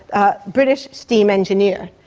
a british steam engineer.